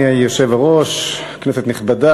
אדוני היושב-ראש, תודה, כנסת נכבדה,